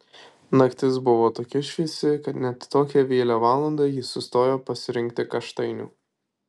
naktis buvo tokia šviesi kad net tokią vėlią valandą ji sustojo pasirinkti kaštainių